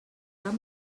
cap